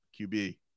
QB